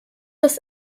das